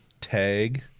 tag